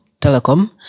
Telecom